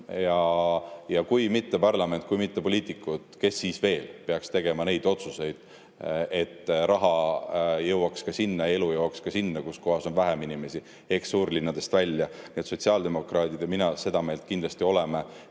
Kui mitte parlament, kui mitte poliitikud, siis kes veel peaks tegema neid otsuseid, et raha ja elu jõuaks ka sinna, kus on vähem inimesi – ehk suurlinnadest välja. Sotsiaaldemokraadid ja mina seda meelt kindlasti oleme,